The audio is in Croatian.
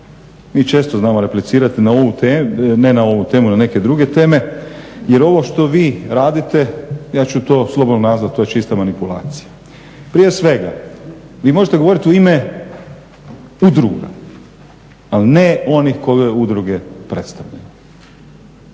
mi često znamo replicirati ne na ovu temu nego na neke druge teme jer ovo što vi radite, ja ću to slobodno nazvati to je čista manipulacija. Prije svega vi možete govoriti u ime udruga, ali ne onih koje udruge predstavljaju.